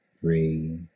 Three